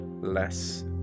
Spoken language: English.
less